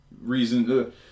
reason